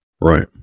Right